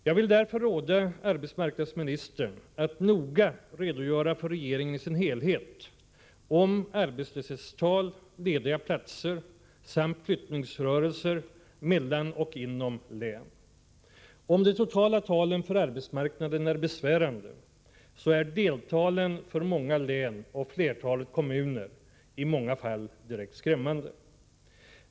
Jag vill därför råda arbetsmarknadsminstern att noga redogöra för hur regeringen i sin helhet ser på arbetslöshetstal, lediga platser samt flyttningsrörelser mellan och inom län. Om de totala talen för arbetsmarknaden är besvärande så är deltalen för många län och flertalet kommuner i många fall direkt skrämmande.